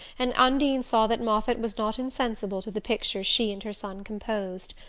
and undine saw that moffatt was not insensible to the picture she and her son composed.